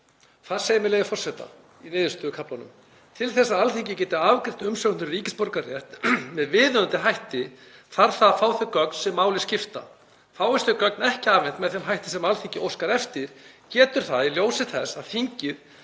Þar segir, með leyfi forseta, í niðurstöðukaflanum: „Til þess að Alþingi geti afgreitt umsóknir um ríkisborgararétt með viðunandi hætti þarf það að fá þau gögn sem máli skipta. Fáist þau gögn ekki afhent með þeim hætti sem Alþingi óskar eftir getur það í ljósi þess að þingið